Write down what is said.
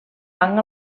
banc